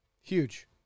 Huge